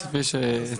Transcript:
יוסי פיש הציג,